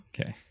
okay